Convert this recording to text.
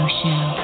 show